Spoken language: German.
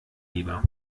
lieber